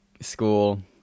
school